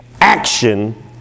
action